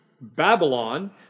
Babylon